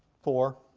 four.